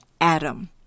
Adam